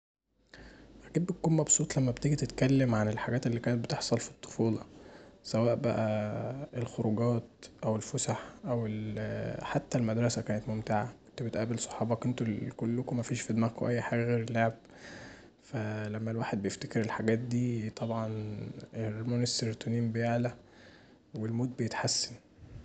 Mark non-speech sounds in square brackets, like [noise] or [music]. أكيد بتكون مبسوط لما بتيجي تتكلم عن الحاجات اللي كانت بتحصل في الطفوله، سواء بقي الخروجات او الفسح، حتي المدرسه كانت ممتعه، كنت بتقابل صحابك انتوا كلكوا مفيش في دماغكوا اي حاجه غير اللعب فلما [noise] الواحد بيفتكر الحاجات دي طبعا هرمون السيرتونين بيعلي والمود بيتحسن.